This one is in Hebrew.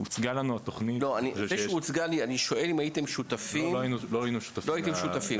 לא הייתם שותפים,